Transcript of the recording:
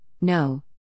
no